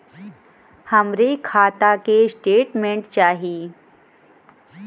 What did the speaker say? हमरे खाता के स्टेटमेंट चाही?